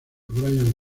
brian